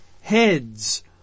heads